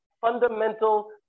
fundamental